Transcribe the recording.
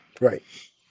right